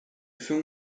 film